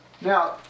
Now